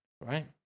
right